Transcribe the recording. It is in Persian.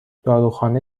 داروخانه